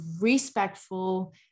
respectful